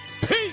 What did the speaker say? peace